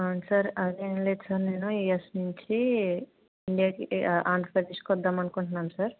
అవును సార్ అదేం లేదు సార్ నేను యూఎస్ నుంచి ఇండియాకి ఆంధ్రప్రదేశ్కి వద్దాం అనుకుంటున్నాం సార్